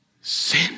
Sin